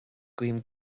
guím